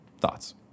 Thoughts